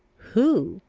who?